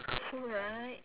cool right